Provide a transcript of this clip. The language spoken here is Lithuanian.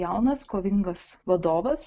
jaunas kovingas vadovas